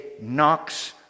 knocks